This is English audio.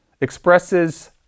expresses